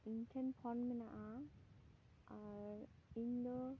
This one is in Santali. ᱤᱧ ᱴᱷᱮᱱ ᱯᱷᱳᱱ ᱢᱮᱱᱟᱜᱼᱟ ᱟᱨ ᱤᱧ ᱫᱚ